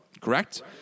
correct